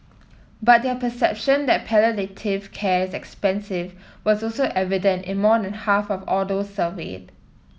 but their perception that palliative care is expensive was also evident in more than half of all those surveyed